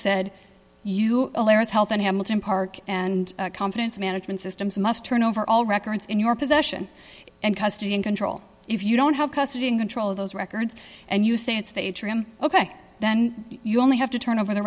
said you health and hamilton park and confidence management systems must turn over all records in your possession and custody and control if you don't have custody and control of those records and you say it's the atrium ok then you only have to turn over the